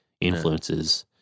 influences